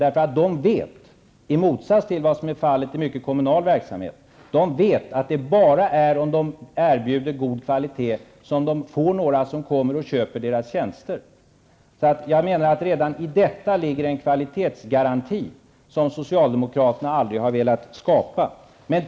De vet, i motsats till vad som är fallet i mycket av den kommunala verksamheten, att det är bara om de erbjuder god kvalitet som människor köper deras tjänster. Redan i detta ligger en kvalitetsgaranti som socialdemokraterna aldrig har velat skapa.